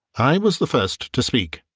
i was the first to speak.